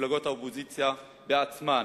מפלגות האופוזיציה בעצמן